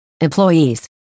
employees